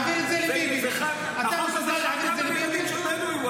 החוק הזה חל גם על ילדים של בדואים,